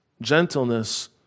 gentleness